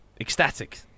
ecstatic